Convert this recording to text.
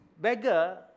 beggar